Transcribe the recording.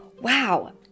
Wow